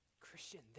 Christian